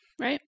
right